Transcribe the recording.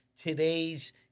today's